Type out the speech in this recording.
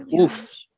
oof